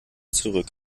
zurück